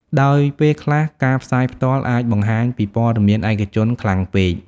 ដោយពេលខ្លះ ការផ្សាយផ្ទាល់ អាចបង្ហាញពីព័ត៌មានឯកជនខ្លាំងពេក។